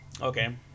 Okay